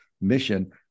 mission